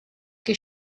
che